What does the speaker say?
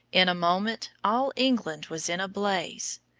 in a moment all england was in a blaze.